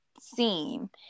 seem